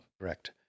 Correct